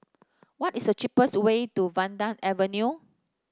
what is the cheapest way to Vanda Avenue